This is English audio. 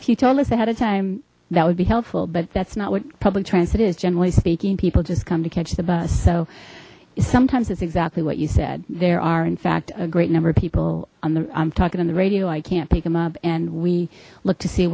you told us ahead of time that would be helpful but that's not what public transit is generally speaking people just come to catch the bus so sometimes it's exactly what you said there are in fact a great number of people on the i'm talking on the radio i can't pick them up and we look to see